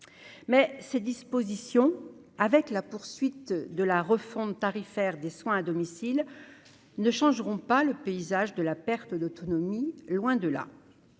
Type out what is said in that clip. mais ces dispositions avec la poursuite de la refonte tarifaire des soins à domicile ne changeront pas le paysage de la perte d'autonomie, loin de là,